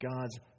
God's